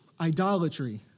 idolatry